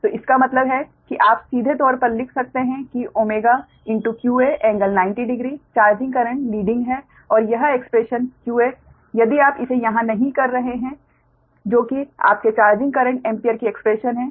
तो इसका मतलब है कि आप अपने सीधे तौर पर लिख सकते हैं कि qa∟900 degree charging current leading है और यह एक्सप्रेशन qa यदि आप इसे यहाँ नहीं कर रहे हैं जो कि आपके चार्जिंग करंट एम्पीयर की एक्स्प्रेशन है